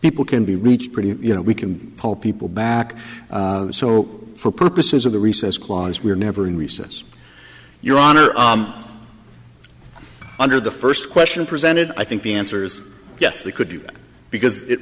people can be reached pretty you know we can pull people back so for purposes of the recess clause we're never in recess your honor under the first question presented i think the answer's yes they could because it